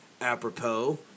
apropos